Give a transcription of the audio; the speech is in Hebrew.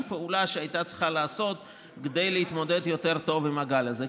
פעולה שהייתה צריכה לעשות כדי להתמודד יותר טוב עם הגל הזה,